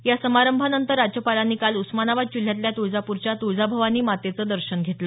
या समारंभानंतर राज्यपालांनी काल उस्मानाबाद जिल्ह्यातल्या तुळजापूरच्या तुळजाभवानी मातेचं दर्शन घेतलं